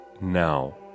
now